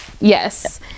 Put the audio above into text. Yes